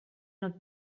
not